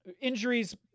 Injuries